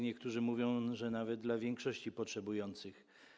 Niektórzy mówią, że nawet dla większości potrzebujących.